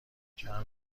چند